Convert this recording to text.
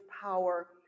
power